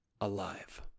alive